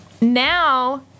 Now